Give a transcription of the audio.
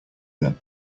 them